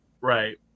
Right